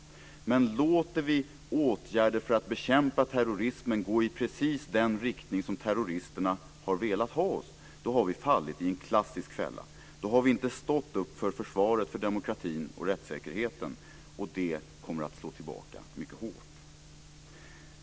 Men låter vi åtgärder för att bekämpa terrorismen gå i precis den riktning som terroristerna har velat har vi fallit i en klassisk fälla. Då har vi inte stått upp för försvaret för demokratin och rättssäkerheten, och det kommer att slå tillbaka mycket hårt.